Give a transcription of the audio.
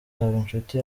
habinshuti